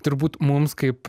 turbūt mums kaip